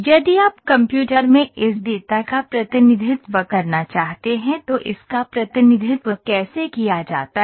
यदि आप कंप्यूटर में इस डेटा का प्रतिनिधित्व करना चाहते हैं तो इसका प्रतिनिधित्व कैसे किया जाता है